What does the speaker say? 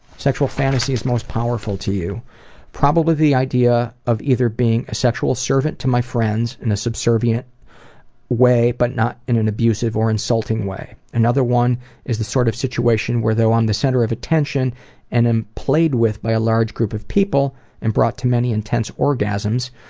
sexual fantasies most powerful to you probably the idea of either being a sexual servant to my friends in a subservient way, but not an abusive or insulting way. another one is the sort of situation where i'm um the centre of attention and am played with by a large group of people and brought to many intense orgasms.